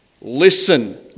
Listen